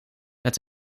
met